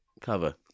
cover